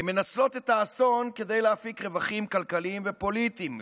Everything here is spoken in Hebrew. מנצלות את האסון כדי להפיק רווחים כלכליים ופוליטיים,